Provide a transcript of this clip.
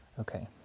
Okay